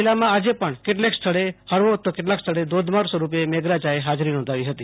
જિલ્લામાં આજે પણ કેટલાક સ્થળે હળવો તો કેટલાક સ્થળે ધોધમાર સ્વરૂપે મેઘરાજાએ ફાજરી નોંધાવી હતી